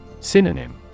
synonym